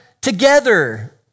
together